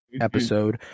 episode